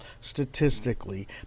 statistically